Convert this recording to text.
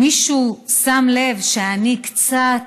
מישהו שם לב שאני קצת,